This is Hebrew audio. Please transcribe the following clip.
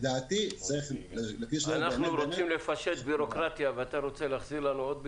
לדעתי צריך --- אנחנו מנסים לפשט בירוקרטיה ואתה מנסה להוסיף?